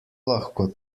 lahko